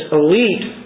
elite